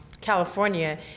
California